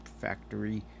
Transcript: factory